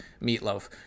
Meatloaf